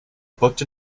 booked